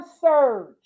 surge